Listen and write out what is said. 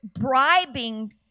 bribing